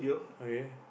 okay